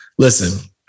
Listen